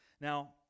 Now